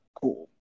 cool